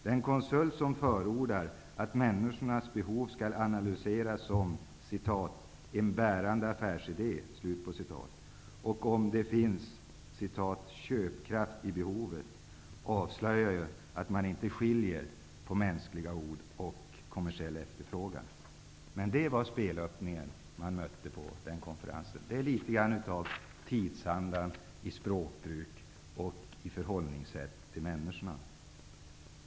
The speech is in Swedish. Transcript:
Den konsult som förordar att människornas behov skall analyseras som ''en bärande affärsidé'' och som talar om att det finns ''köpkraft i behovet'' avslöjar att han inte skiljer mellan mänskliga behov och kommersiell efterfrågan. Sådan var spelöppningen på den konferensen. Den speglar litet grand av tidsandan i språkbruk och sätt att förhålla sig till människorna.